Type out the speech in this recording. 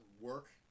work